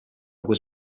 was